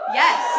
yes